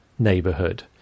neighborhood